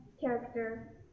character